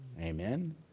Amen